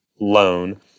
loan